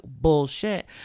bullshit